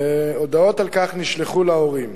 הודעות על כך נשלחו להורים.